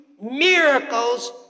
miracles